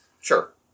Sure